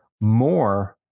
more